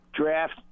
draft